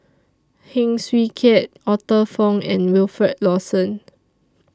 Heng Swee Keat Arthur Fong and Wilfed Lawson